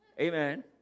Amen